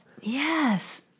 Yes